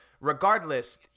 regardless